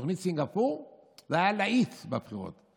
תוכנית סינגפור הייתה להיט בבחירות.